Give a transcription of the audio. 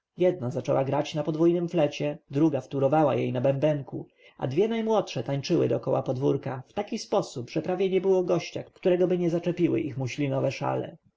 zaczęła grać na podwójnym flecie druga wtórowała jej na bębenku a dwie najmłodsze tańczyły dokoła podwórka w taki sposób że prawie nie było gościa któregoby nie zaczepiły ich muślinowe szale